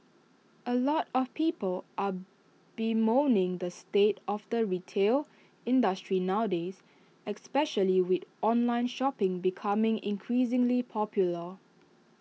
A lot of people are bemoaning the state of the retail industry nowadays especially with online shopping becoming increasingly popular